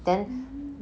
mm